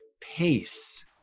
pace